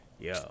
Yo